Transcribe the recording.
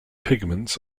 pigments